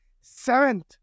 seventh